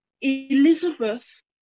Elizabeth